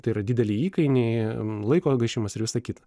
tai yra dideli įkainiai laiko gaišimas ir visa kita